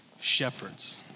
shepherds